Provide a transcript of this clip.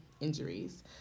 injuries